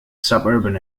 suburban